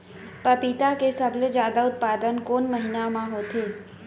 पपीता के सबले जादा उत्पादन कोन महीना में होथे?